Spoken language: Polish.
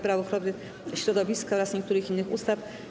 Prawo ochrony środowiska oraz niektórych innych ustaw.